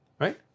right